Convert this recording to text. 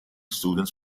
students